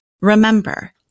Remember